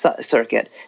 circuit